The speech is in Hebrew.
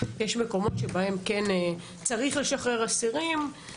אני חושבת שיש מקומות שבהם כן צריך לשחרר אסירים,